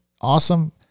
awesome